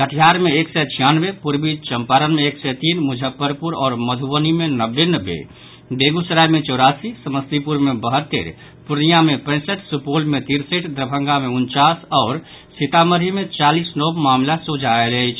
कटिहार मे एक सय छियानवे पूर्वी चंपारण मे एक सय तीन मुजफ्फरपुर आओर मधुबनी मे नब्बे नब्बे बेगूसराय सॅ चौरासी समस्तीपुर मे बहत्तरि पूर्णिया मे पैंसठ सुपौल मे तिरसठि दरभंगा मे उनचास आओर सीतामढ़ी मे चालीस नव मामिला सोझा आयल अछि